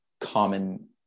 common